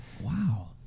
wow